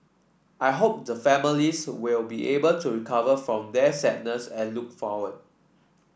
I hope the families will be able to recover from their sadness and look forward